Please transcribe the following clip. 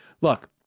Look